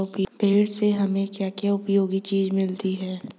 भेड़ से हमें क्या क्या उपयोगी चीजें मिलती हैं?